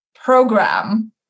program